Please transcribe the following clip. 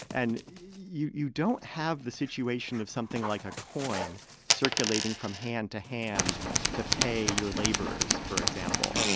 and you you don't have the situation of something like a coin circulating from hand to hand to pay your laborers, for example.